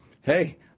hey